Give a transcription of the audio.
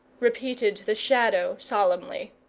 repeated the shadow solemnly.